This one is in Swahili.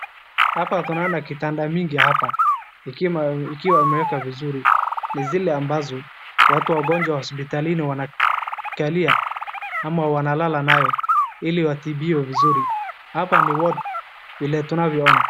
Hapa tunaandaa kitanda mingi hapa ikiwa imewekwa vizuri ni zile ambazo watu wagonjwa wa hospitalini wanakaa ama wanalala nayo ili watibiwe vizuri. Hapa ni ward vile tunavyoona.